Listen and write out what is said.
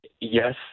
yes